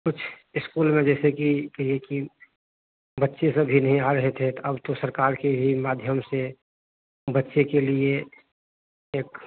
कुछ इस्कूल में जैसे कि कहिए कि बच्चे सभी नहीं आ रहे थे तो अब तो सरकार के ही माध्यम से बच्चे के लिए एक